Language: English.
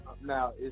now